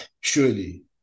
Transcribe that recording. surely